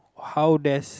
how does